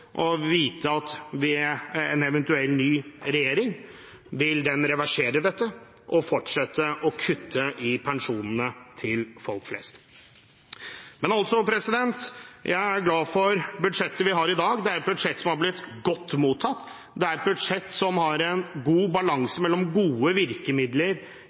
å vite at ved en eventuell ny regjering vil den reversere dette og fortsette å kutte i pensjonene til folk flest. Men jeg er glad for budsjettet vi har i dag. Det er et budsjett som har blitt godt mottatt, det er et budsjett som har en god balanse mellom gode virkemidler